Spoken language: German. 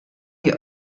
die